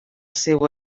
seu